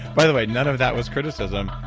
by the way, none of that was criticism